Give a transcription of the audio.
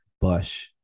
bush